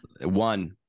One